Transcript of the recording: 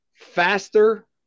faster